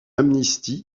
amnistie